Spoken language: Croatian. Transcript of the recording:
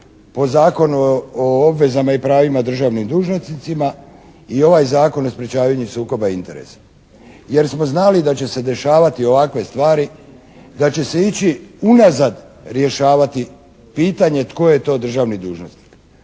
po Zakonu o obvezama i pravima državnih dužnosnicima i ovaj Zakon o sprečavanju sukoba interesa. Jer smo znali da će se dešavati ovakve stvari, da će se ići unazad rješavati pitanje tko je to državni dužnosnik?